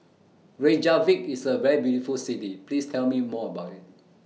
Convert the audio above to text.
Reykjavik IS A very beautiful City Please Tell Me More about IT